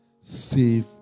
save